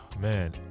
Man